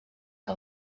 que